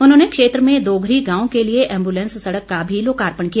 उन्होंने क्षेत्र में दोघरी गांव के लिए एम्बुलेंस सड़क का भी लोकार्पण किया